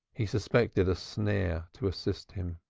he suspected a snare to assist him.